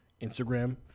Instagram